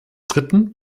dritten